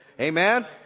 Amen